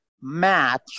match